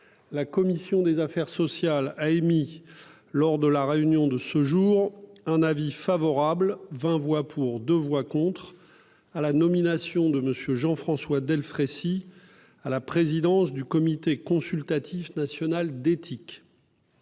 la commission des affaires sociales a émis, lors de sa réunion de ce jour, un avis favorable- 20 voix pour, 2 voix contre -à la nomination de M. Jean-François Delfraissy à la présidence du Comité consultatif national d'éthique.